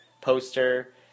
poster